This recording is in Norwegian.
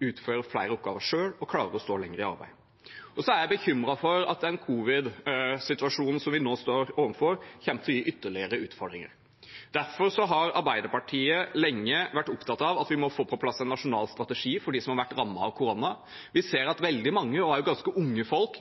utføre flere oppgaver selv og klarer å stå lenger i arbeid. Så er jeg bekymret for at den covid-situasjonen som vi nå står overfor, kommer til å gi ytterligere utfordringer. Derfor har Arbeiderpartiet lenge vært opptatt av at vi må få på plass en nasjonal strategi for dem som har vært rammet av korona. Vi ser at veldig mange, og også ganske unge folk,